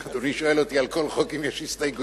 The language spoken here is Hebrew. אז אדוני שואל אותי על כל חוק אם יש הסתייגויות.